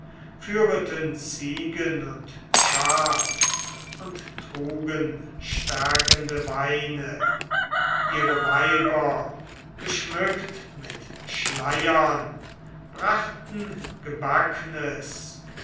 ziegen und schaf und trugen stärkende weine ihre weiber geschmückt mit schleiern brachten gebacknes